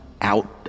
out